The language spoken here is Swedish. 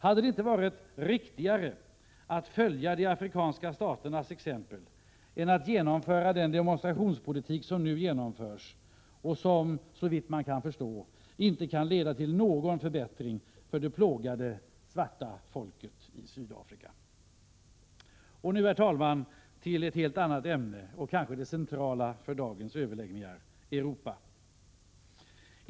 Hade det inte varit riktigare att följa de afrikanska staternas exempel än att genomföra denna demonstrationspolitik som nu genomförs och som, såvitt man kan förstå, inte kan leda till någon förbättring för det plågade, svarta folket i Sydafrika? Herr talman! Nu till ett helt annat ämne, kanske det centrala för dagens överläggningar, nämligen Europa.